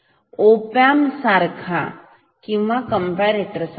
ओ pump प्रमाणे comparator प्रमाणे